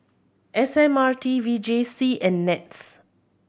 S M R T V J C and NETS